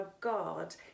God